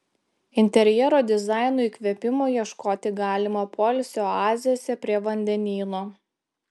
interjero dizaino įkvėpimo ieškoti galima poilsio oazėse prie vandenyno